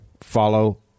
follow